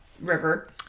river